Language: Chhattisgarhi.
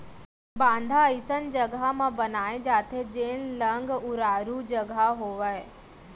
बांधा अइसन जघा म बनाए जाथे जेन लंग उरारू जघा होवय